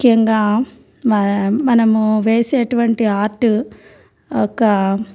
ముఖ్యంగా మ మనము వేసేటువంటి ఆర్టు ఒక